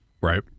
right